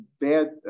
bad